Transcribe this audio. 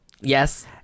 yes